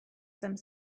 some